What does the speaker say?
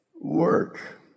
work